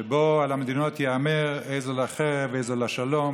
המדינות ייאמר איזו לחרב ואיזו לשלום,